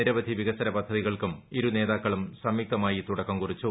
നിരവധി വികസന പദ്ധതികൾക്കും ഇരുനേതാക്കളും സംയുക്തമായി തുടക്കം കുറിച്ചു